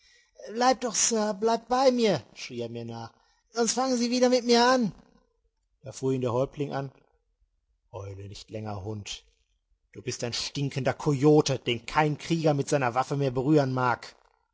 bleibt doch sir bleibt bei mir schrie er mir nach sonst fangen sie wieder mit mir an da fuhr ihn der häuptling an heule nicht länger hund du bist ein stinkender coyote den kein krieger mit seiner waffe mehr berühren mag